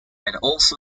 also